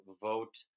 vote